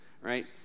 right